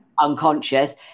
unconscious